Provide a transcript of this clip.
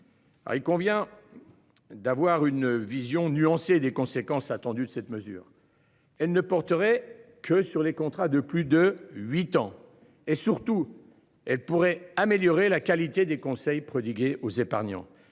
il convient. D'avoir une vision nuancée des conséquences attendues de cette mesure. Elle ne porterait que sur les contrats de plus de 8 ans et surtout elle pourrait améliorer la qualité des conseils prodigués aux épargnants.